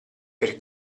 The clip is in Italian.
per